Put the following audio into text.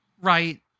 Right